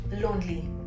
lonely